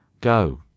Go